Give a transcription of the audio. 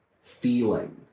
feeling